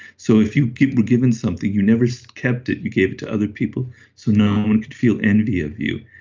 so if you were given something, you never so kept it, you gave it to other people so no one could feel envy of you.